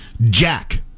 Jack